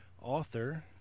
author